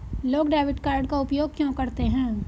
लोग debit card का उपयोग क्यों करते हैं?